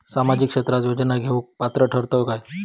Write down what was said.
सामाजिक क्षेत्राच्या योजना घेवुक पात्र ठरतव काय?